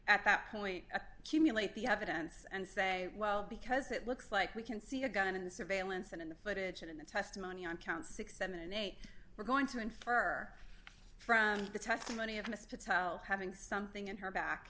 at that point cumulate the evidence and say well because it looks like we can see a gun in the surveillance and in the footage and in the testimony on count sixty seven and eight we're going to infer from the testimony of mr having something in her back